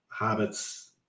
habits